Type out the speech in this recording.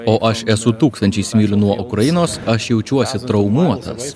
o aš esu tūkstančiais mylių nuo ukrainos aš jaučiuosi traumuotas